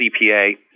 CPA